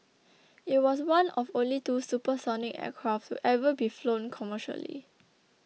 it was one of only two supersonic aircraft to ever be flown commercially